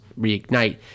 reignite